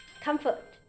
Comfort